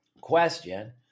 question